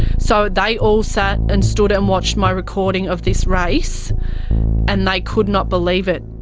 so they all sat and stood and watched my recording of this race and they could not believe it.